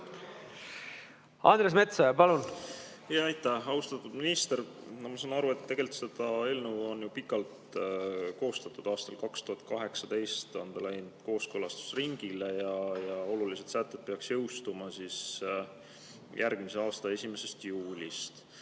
Andres Metsoja, palun! Aitäh! Austatud minister! Ma saan aru, et seda eelnõu on ju pikalt koostatud, aastal 2018 on ta läinud kooskõlastusringile ja olulised sätted peaks jõustuma järgmise aasta 1. juulil.